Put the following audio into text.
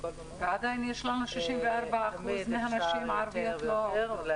ועדיין 64% מהנשים הערביות לא עובדות.